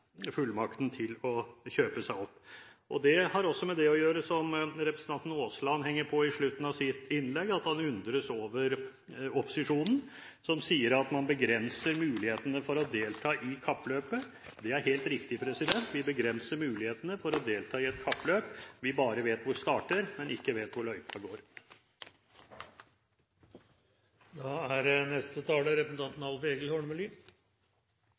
fullmakten til å kjøpe seg opp. Det har også med det å gjøre som representanten Aasland henger på i slutten av sitt innlegg, at han undres over opposisjonen, som begrenser mulighetene for å delta i kappløpet. Det er helt riktig, vi begrenser mulighetene for å delta i et kappløp når vi bare vet hvor det starter, men ikke hvor løypa